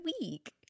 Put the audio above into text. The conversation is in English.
week